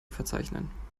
verzeichnen